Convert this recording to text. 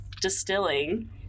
Distilling